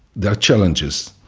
there are challenges.